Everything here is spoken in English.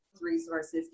resources